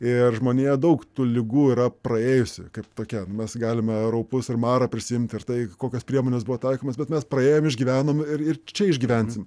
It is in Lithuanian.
ir žmonija daug tų ligų yra praėjusi kaip tokia mes galime raupus ir marą prisiimti ir tai kokios priemonės buvo taikomos bet mes praėjom išgyvenom ir ir čia išgyvensim